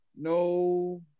No